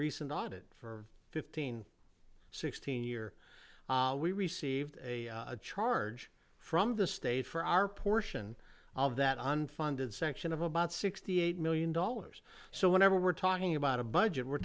recent audit for fifteen sixteen year we received a charge from the state for our portion of that unfunded section of about sixty eight million dollars so whenever we're talking about a budget we're